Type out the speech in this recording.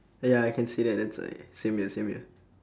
ya I can say that that's like same year same year